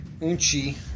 Unchi